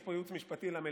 יש פה ייעוץ משפטי למליאה.